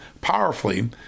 powerfully